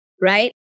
right